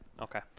Okay